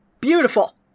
Beautiful